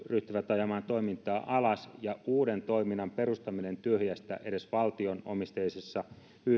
ajamaan toimintaa alas ja uuden toiminnan perustaminen tyhjästä edes valtionomisteisessa yhtiössä ei ole helppo harjoitus